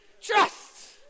Trust